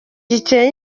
giteye